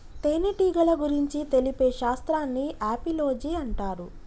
తేనెటీగల గురించి తెలిపే శాస్త్రాన్ని ఆపిలోజి అంటారు